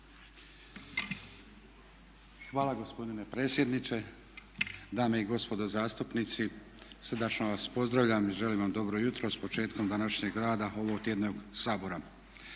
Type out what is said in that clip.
Hvala gospodine predsjedniče. Dame i gospodo zastupnici srdačno vas pozdravljam i želim vam dobro jutro s početkom današnjeg rada ovotjednog Sabora.